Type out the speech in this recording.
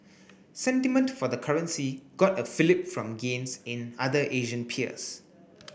sentiment for the currency got a fillip from gains in other Asian peers